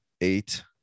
eight